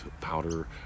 powder